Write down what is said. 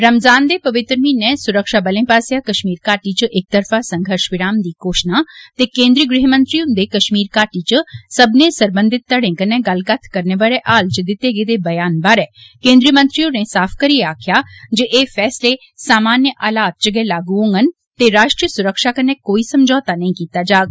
रमज़ान दे पवित्र म्हीने सुरक्षा बले पास्सेआ कश्मीर घाटी च इकतरफा संघर्ष विराम दी घोषणा ते केन्द्री गृहमंत्री हुन्दे कश्मीर घाटी च सब्बनें सरबन्धित धड़ें कन्नै गल्लकत्थ करने बारै हाल च दिते गेदे ब्यान बारै केन्द्रीय मंत्री होरें साफ करियै आक्खेआ जे एह् फैसले सामान्य हालात च गै लागू होंगन ते राष्ट्रीय सुरक्षा कन्नै कोई समझौता नेईं कीता जाग